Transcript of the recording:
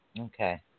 Okay